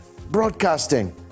broadcasting